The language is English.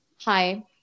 Hi